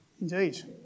Indeed